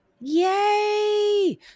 Yay